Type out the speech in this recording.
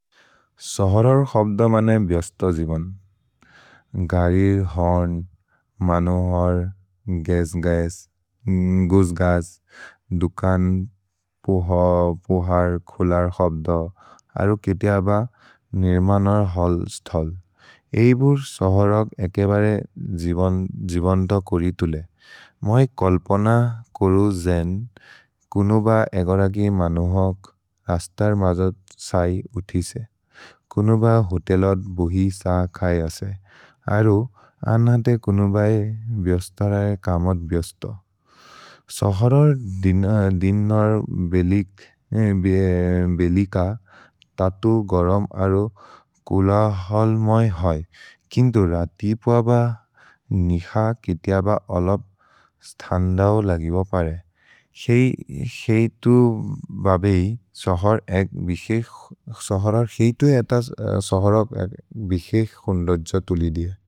सहरर् क्सब्द मने व्यस्त जिबन्, गरिर् होर्न्, मनोहर्, गस्-गस्, गुज्-गज्, दुकन्, पोह, पोहर्, खोलर् क्सब्द, अरो केतिअ ब निर्मनर् हल् स्थल्। एइबुर् सहरग् एके बरे जिबन् द कोरि तुले। मै कल्पन कोरु जेन्, कुनुब एगरगि मनोहक्, रस्तर् मजोत् क्सै उथिसे, कुनुब होतेलोद् बोहि क्स खये असे, अरो अनते कुनुब व्यस्तररे कमोद् व्यस्तो। सहरर् दिनर् बेलिक ततु गरम् अरो कुल हल्मै है, किन्तु रतिपुअब निख केतिअब अलब् स्थन्दओ लगिब परे। सेइ तु बबे हि सहरग् एक् बिसेक्स् होन्लोज्ज तुलि दिअ।